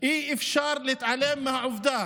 אי-אפשר להתעלם מהעובדה